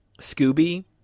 scooby